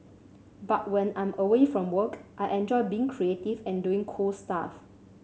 but when I'm away from work I enjoy being creative and doing cool stuff